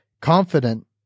confident